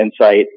insight